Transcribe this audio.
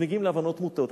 אז מגיעים להבנות מוטעות.